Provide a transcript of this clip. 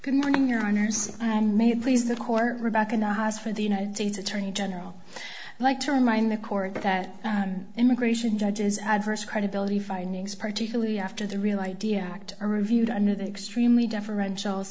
good morning your honour's and may it please the court rebecca not asked for the united states attorney general like to remind the court that immigration judges adverse credibility findings particularly after the real idea act are reviewed under the extremely differential